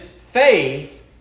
faith